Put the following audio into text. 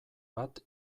bat